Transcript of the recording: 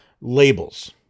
labels